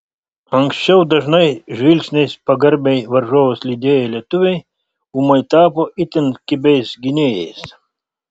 anksčiau dažnai žvilgsniais pagarbiai varžovus lydėję lietuviai ūmai tapo itin kibiais gynėjais